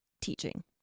teaching